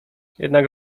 jednak